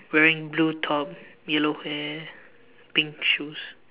wearing blue top yellow hair pink shoes